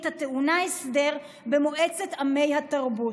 הטעונה הסדר במועצת עמי התרבות",